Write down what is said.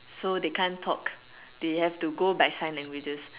so they can't talk they have to go by sign languages